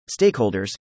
stakeholders